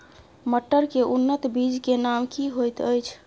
मटर के उन्नत बीज के नाम की होयत ऐछ?